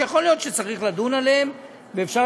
שיכול להיות שצריך לדון בהן ואפשר